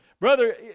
Brother